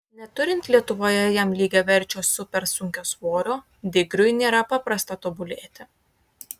neturint lietuvoje jam lygiaverčio supersunkiasvorio digriui nėra paprasta tobulėti